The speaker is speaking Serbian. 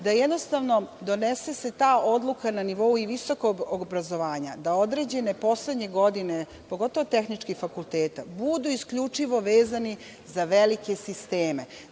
jednostavno donese se ta odluka na nivou i visokog obrazovanja, da određene poslednje godine, pogotovo tehnički fakulteta, budu isključivo vezani za velike sistem,